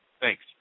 Thanks